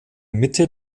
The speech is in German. mitte